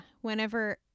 whenever